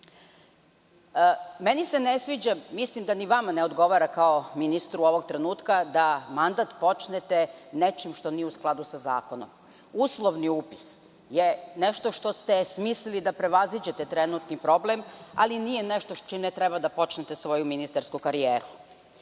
Meni se ne sviđa, mislim da ni vama ne odgovara kao ministru ovog trenutka da mandat počnete nečim što nije u skladu sa zakonom. Uslovni upis je nešto što ste smislili da prevaziđete trenutni problem, ali i nije nešto sa čime treba da počnete svoju ministarsku karijeru. Da